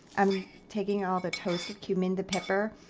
i'm taking all the toasted cumin, the pepper,